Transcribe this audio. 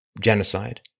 genocide